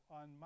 on